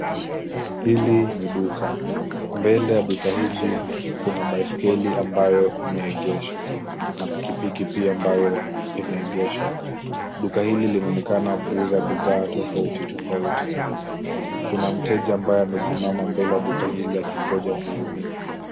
Hili ni duka. Mbele ya duka hili kuna baiskeli ambayo imeegeshwa na pikipiki pia ambayo imeegeshwa. Duka hili linaonekana kuuza bidhaa tofauti tofauti. Kuna mteja ambaye amesimama mbele ya duka hili akingoja kuhudumiwa.